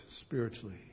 spiritually